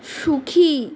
সুখী